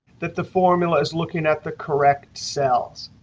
that the formula is looking at the correct cells.